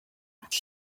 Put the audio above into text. iki